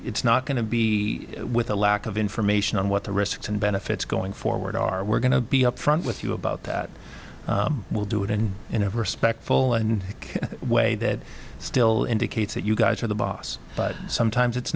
it's not going to be with a lack of information on what the risks and benefits going forward are we're going to be up front with you about that we'll do it and in a respectful and way that still indicates that you guys are the boss but sometimes it's